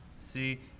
See